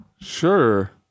Sure